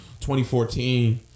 2014